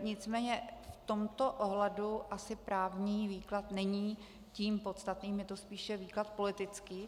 Nicméně v tomto ohledu asi právní výklad není tím podstatným, je to spíše výklad politický.